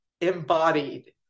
embodied